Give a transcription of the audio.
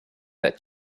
that